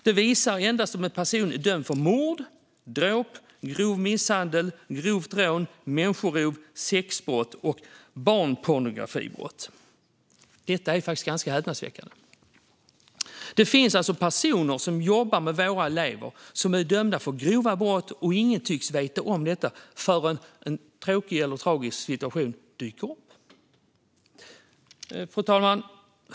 De visar endast om en person är dömd för mord, dråp, grov misshandel, grovt rån, människorov, sexbrott och barnpornografibrott. Det är faktiskt ganska häpnadsväckande. Det finns alltså personer som jobbar med våra elever som är dömda för grova brott, och ingen tycks veta om detta förrän en tråkig eller tragisk situation dyker upp. Fru talman!